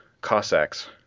Cossacks